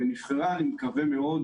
אני מקווה מאוד